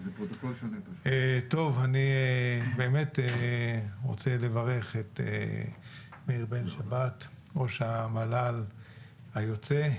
אני רוצה לברך את מאיר בן שבת, ראש המל"ל היוצא.